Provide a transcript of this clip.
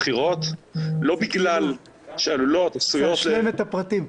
--- צריך לעשות "השלם את הפרטים".